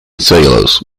cellulose